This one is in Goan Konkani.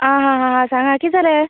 आं हां हां सांगा कित जालें